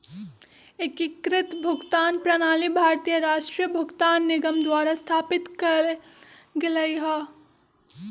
एकीकृत भुगतान प्रणाली भारतीय राष्ट्रीय भुगतान निगम द्वारा स्थापित कएल गेलइ ह